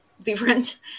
different